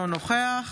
אינו נוכח